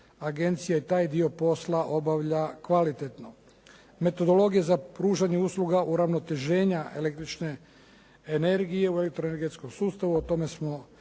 agencija i taj dio posla obavlja kvalitetno. Metodologija za pružanje usluga uravnoteženje električne energije u elektroenergetskom sustavu, o tome smo